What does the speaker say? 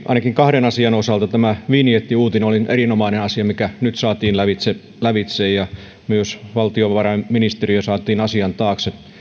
ainakin kahden asian osalta tämä vinjettiuutinen oli erinomainen asia mikä nyt saatiin lävitse lävitse ja myös valtiovarainministeriö saatiin asian taakse